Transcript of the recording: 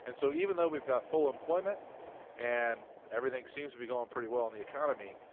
and so even though we've got full employment and everything seems to be going pretty well in the economy,